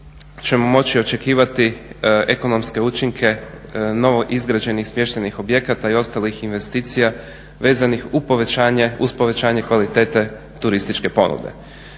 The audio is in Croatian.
ćemo moći očekivati ekonomske učinke novo izgrađenih, smještenih objekata i ostalih investicija vezanih uz povećanje kvalitete turističke ponude.